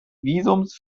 visums